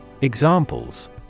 Examples